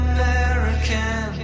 American